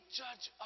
judge